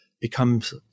becomes